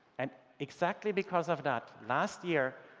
and exactly because of that, last year,